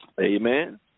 Amen